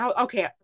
okay